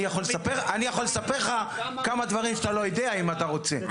אני יכול לספר לך כמה דברים שאתה לא יודע אם אתה רוצה.